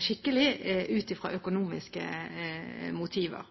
skikkelig, ut fra økonomiske motiver.